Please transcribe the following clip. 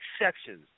exceptions